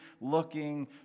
looking